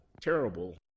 terrible